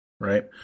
right